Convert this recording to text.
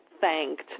thanked